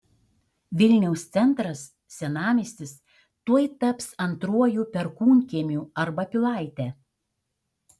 vilniaus centras senamiestis tuoj taps antruoju perkūnkiemiu arba pilaite